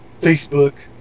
Facebook